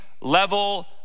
level